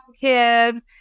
kids